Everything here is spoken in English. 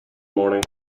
morning